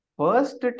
first